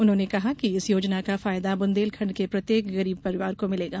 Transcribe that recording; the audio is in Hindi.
उन्होंने कहा कि इस योजना का फायदा बुंदेलखंड के प्रत्येक गरीब परिवार को मिलेगा